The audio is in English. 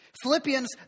Philippians